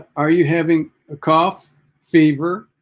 are you having a cough fever